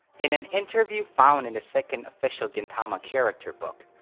in an interview found in the second official gintama character book,